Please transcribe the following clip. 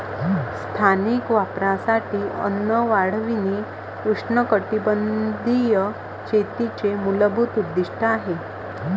स्थानिक वापरासाठी अन्न वाढविणे उष्णकटिबंधीय शेतीचे मूलभूत उद्दीष्ट आहे